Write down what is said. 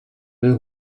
will